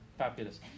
Fabulous